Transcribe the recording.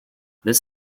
this